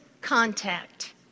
contact